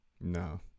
No